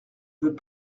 veux